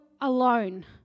alone